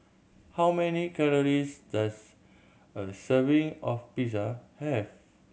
how many calories does a serving of Pizza have